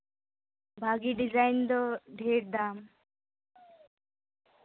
ᱵᱷᱟᱜᱮ ᱰᱤᱡᱟᱭᱤᱱ ᱫᱚ ᱰᱷᱮᱨ ᱫᱟᱢ